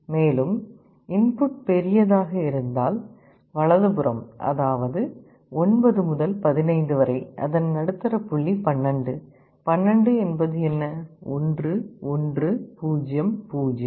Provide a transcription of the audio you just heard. மேலும் இன்புட் பெரியதாக இருந்தால் வலது புறம் அதாவது 9 முதல் 15 வரை அதன் நடுத்தர புள்ளி 12 12 என்பது 1 1 0 0